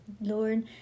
lord